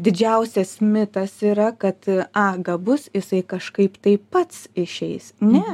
didžiausias mitas yra kad a gabus jisai kažkaip tai pats išeis ne